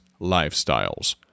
lifestyles